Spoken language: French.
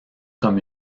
comme